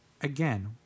again